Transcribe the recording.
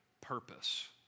purpose